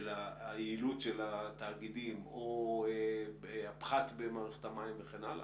יעילות התאגידים או הפחת במערכת המים וכן הלאה,